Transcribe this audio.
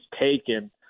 taken